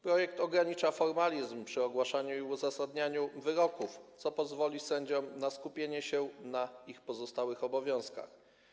Projekt ogranicza formalizm przy ogłaszaniu i uzasadnianiu wyroków, co pozwoli sędziom na skupienie się na ich pozostałych obowiązkach.